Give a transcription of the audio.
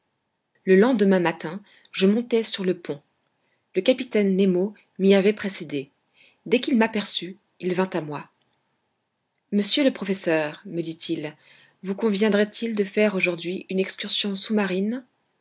le lendemain matin je montai sur le pont le capitaine nemo m'y avait précédé dès qu'il m'aperçut il vint à moi monsieur le professeur me dit-il vous conviendrait-il de faire aujourd'hui une excursion sous-marine